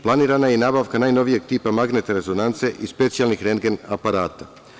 Planirana je i nabavka najnovijeg tipa magnetne rezonance i specijalnih rentgen aparata.